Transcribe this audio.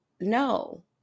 no